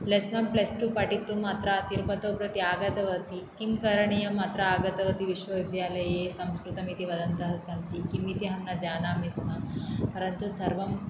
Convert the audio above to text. plus one plus two पठितुम् अत्र तिरुपतिं प्रति आगतवती किं करणीम् अत्र आगतवती विश्वविद्यालये संस्कृतम् इति वदन्तः सन्ति किम् इति अहं न जानामि स्म परन्तु सर्वं